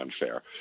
unfair